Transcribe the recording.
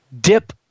dip